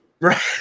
Right